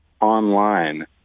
online